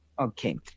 Okay